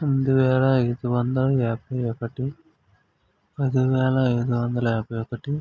రెండు వేల ఐదు వందల యాభై ఒకటి పదివేల ఐదు వందల యాభై ఒకటి